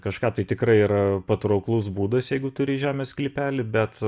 kažką tai tikrai yra patrauklus būdas jeigu turi žemės sklypelį bet